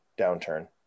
downturn